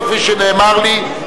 כפי שנאמר לי,